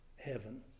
heaven